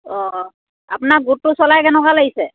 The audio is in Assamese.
অঁ আপোনাৰ গোটটো চলাই কেনেকুৱা লাগিছে